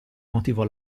motivo